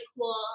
cool